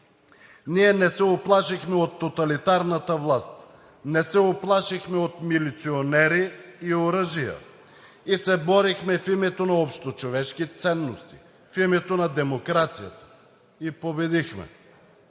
Ние не се уплашихме от тоталитарната власт, не се уплашихме от милиционери и оръжия и се борихме в името на общочовешки ценности, в името на демокрацията, и победихме.